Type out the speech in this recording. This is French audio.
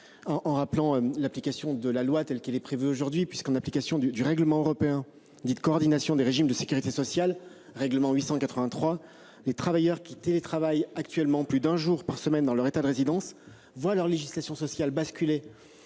en rappelant l'application de la loi telle qu'elle est prévue aujourd'hui puisqu'en application du règlement européen dit de coordination des régimes de Sécurité sociale règlement 883 les travailleurs qui télétravail actuellement plus d'un jour par semaine dans leur état de résidence voient leur législation sociale basculer